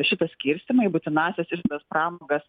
šitą skirstymą į būtinąsias išlaidas pramogas